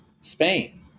Spain